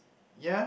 ya